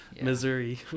Missouri